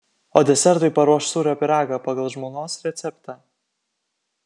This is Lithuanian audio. o desertui paruoš sūrio pyragą pagal žmonos receptą